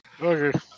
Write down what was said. Okay